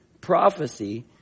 prophecy